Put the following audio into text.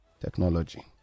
technology